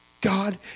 God